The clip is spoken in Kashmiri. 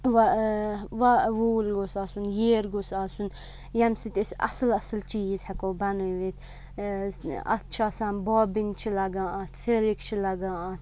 وا ووٗل گوٚژھ آسُن ییر گوٚژھ آسُن ییٚمہِ سۭتۍ أسۍ اَصٕل اَصٕل چیٖز ہیٚکو بَنٲوِتھ اَتھ چھُ آسان بابِن چھِ لَگان اَتھ فِرک چھِ لَگان اَتھ